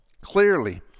Clearly